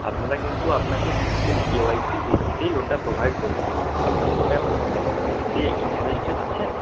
আপনারা কিন্তু আপনাকে সিম্পল কে ওয়াই সির ভিত্তিতেই লোনটা প্রোভাইড করব আপনি কি ম্যাম এখন লোন নিতে ইন্টরেস্টেড আছেন